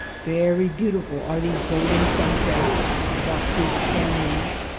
very beautiful are these golden sunshafts shot through the canyons.